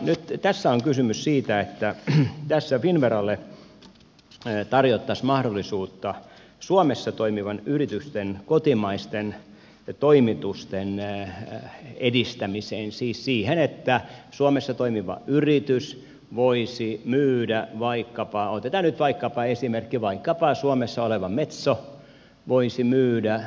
nyt tässä on kysymys siitä että tässä finnveralle tarjottaisiin mahdollisuutta suomessa toimivien yritysten kotimaisten toimitusten edistämiseen siis siihen että suomessa toimiva yritys voi ensin myydä vaikkapa on otetaan nyt esimerkki vaikkapa suomessa oleva metso voisi myydä